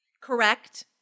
Correct